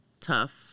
tough